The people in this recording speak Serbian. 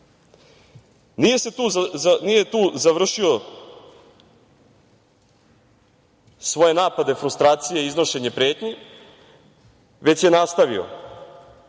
Nije tu završio svoje napade, frustracije, iznošenje pretnji, već je nastavio. Takođe,